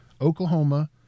Oklahoma